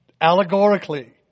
allegorically